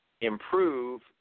improve